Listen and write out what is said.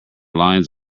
lines